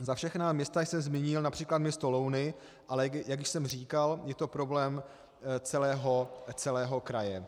Za všechna města jsem zmínil například město Louny, ale jak už jsem říkal, je to problém celého kraje.